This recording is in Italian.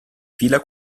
fila